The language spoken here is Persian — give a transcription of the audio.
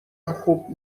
خوب